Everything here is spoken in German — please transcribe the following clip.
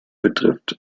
betrifft